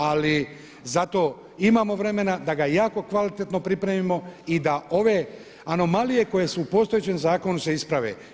Ali zato imamo vremena da ga jako kvalitetno pripremimo i da ove anomalije koje su u postojećem zakonu se isprave.